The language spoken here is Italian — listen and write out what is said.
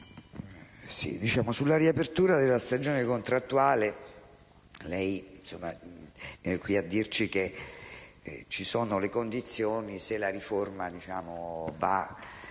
sulla riapertura della stagione contrattuale lei è qui a dirci che ce ne sono le condizioni, se la riforma andrà